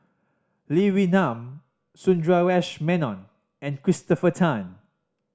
Lee Wee Nam Sundaresh Menon and Christopher Tan